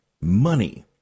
money